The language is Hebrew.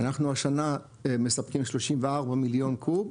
אנחנו השנה מספקים 34 מיליון קוב,